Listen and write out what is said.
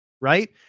right